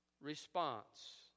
response